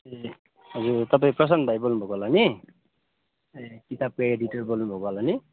ए हजुर तपाईँ प्रसान्त भाइ बोल्नुभएको होला नि ए किताबको एडिटर बोल्नुभएको होला नि